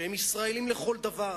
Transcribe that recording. שהם ישראלים לכל דבר?